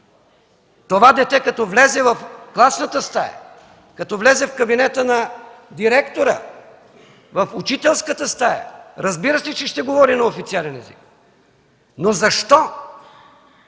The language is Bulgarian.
Това дете, като влезе в класната стая, в кабинета на директора, в учителската стая, разбира се, че ще говори на официален език, но защо